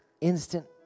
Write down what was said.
instant